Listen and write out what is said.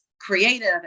creative